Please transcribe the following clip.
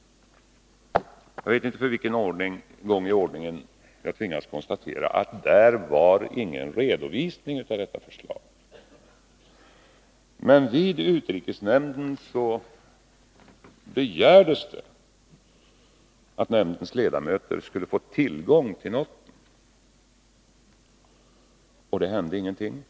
Jag vet inte för vilken gång i ordningen jag tvingas konstatera att där inte förekom någon redovisning av detta förslag. I utrikesnämnden begärde man däremot att nämndens ledamöter skulle få tillgång till noten, men ingenting hände.